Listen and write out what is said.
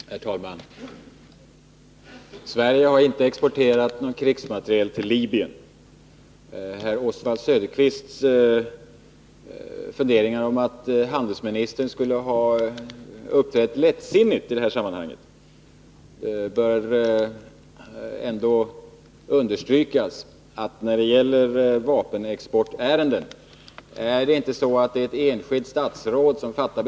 Herr talman! Sverige har inte exporterat någon krigsmateriel till Libyen. Med anledning av herr Söderqvists funderingar om att handelsministern skulle ha uppträtt lättsinnigt i detta sammanhang bör det ändå understrykas att ett enskilt statsråd inte fattar beslut när det gäller vapenexportärenden.